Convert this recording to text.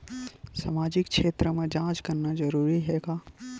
सामाजिक क्षेत्र म जांच करना जरूरी हे का?